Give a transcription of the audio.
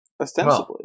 Ostensibly